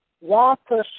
wampus